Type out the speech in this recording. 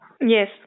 Yes